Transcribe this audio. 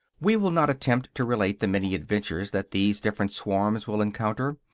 we will not attempt to relate the many adventures that these different swarms will encounter.